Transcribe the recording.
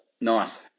Nice